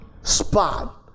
spot